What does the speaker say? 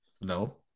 No